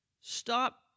stop